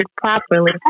properly